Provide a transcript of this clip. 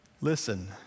Listen